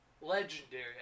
legendary